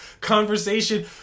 conversation